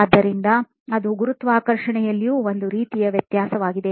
ಆದ್ದರಿಂದ ಅದು ಗುರುತ್ವಾಕರ್ಷಣೆಯಲ್ಲೂ ಒಂದು ರೀತಿಯ ವ್ಯತ್ಯಾಸವಾಗಿದೆ